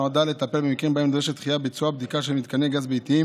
נועדה לטפל במקרים שבהם נדרשת דחיית ביצוע בדיקה של מתקני גז ביתיים